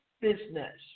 business